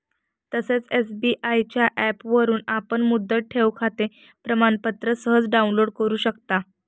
तसेच एस.बी.आय च्या ऍपवरून आपण मुदत ठेवखाते प्रमाणपत्र सहज डाउनलोड करु शकता